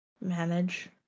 manage